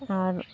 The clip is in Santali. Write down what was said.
ᱟᱨ